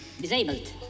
disabled